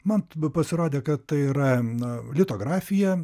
man pasirodė kad tai yra litografija